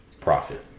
profit